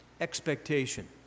Expectation